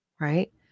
right